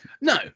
No